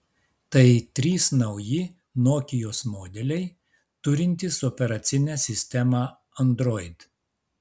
tai trys nauji nokios modeliai turintys operacinę sistemą android